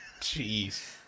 Jeez